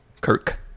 Kirk